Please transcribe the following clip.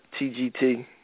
TGT